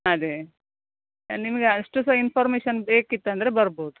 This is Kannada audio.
ಅದೇ ನಿಮಗೆ ಅಷ್ಟು ಸಹ ಇನ್ಫಾರ್ಮೇಷನ್ ಬೇಕಿತ್ತು ಅಂದರೆ ಬರ್ಬೋದು